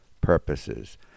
purposes—